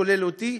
כולל אותי,